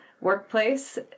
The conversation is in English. workplace